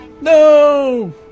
No